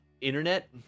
internet